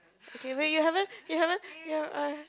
okay wait you haven't you haven't